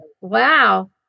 wow